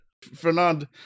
Fernand